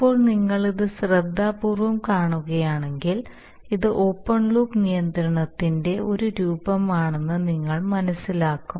ഇപ്പോൾ നിങ്ങൾ ഇത് ശ്രദ്ധാപൂർവ്വം കാണുകയാണെങ്കിൽ ഇത് ഓപ്പൺ ലൂപ്പ് നിയന്ത്രണത്തിന്റെ ഒരു രൂപമാണെന്ന് നിങ്ങൾ മനസ്സിലാക്കും